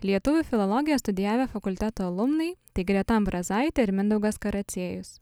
lietuvių filologiją studijavę fakulteto alumnai tai greta ambrazaitė ir mindaugas karaciejus